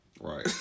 Right